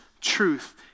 truth